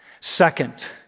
Second